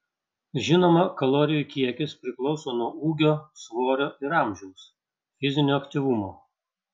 žinoma kalorijų kiekis priklauso nuo ūgio svorio ir amžiaus fizinio aktyvumo